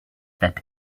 that